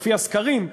לפי הסקרים,